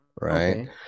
Right